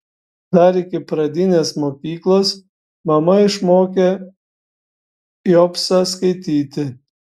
dar iki pradinės mokyklos mama išmokė jobsą skaityti